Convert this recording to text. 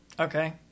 Okay